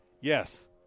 Yes